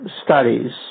studies